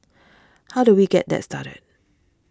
how do we get that started